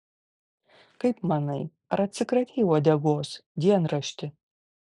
kaip manai ar atsikratei uodegos dienrašti